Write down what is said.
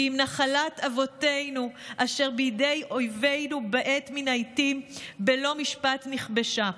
כי אם נחלת אבותינו אשר בידי אויבינו בעת מן העיתים בלא משפט נכבשה.